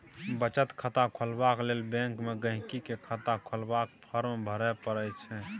बचत खाता खोलबाक लेल बैंक मे गांहिकी केँ खाता खोलबाक फार्म भरय परय छै